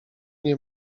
nie